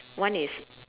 one is